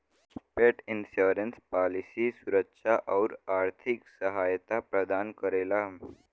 पेट insurance policy सुरक्षा आउर आर्थिक सहायता प्रदान करेला